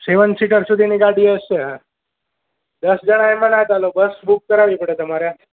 સેવન seater સુધીની ગાડી હશે હા દસ જણ એમાં ના ચાલો બસ બુક કરાવવી પડે તમારે